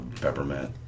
peppermint